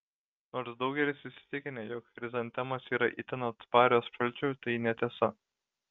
nors daugelis įsitikinę jog chrizantemos yra itin atsparios šalčiui tai netiesa